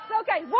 okay